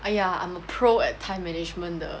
!aiya! I'm a pro at time management 的